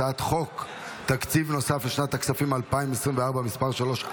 הצעת חוק תקציב נוסף לשנת הכספים 2024 (מס' 3),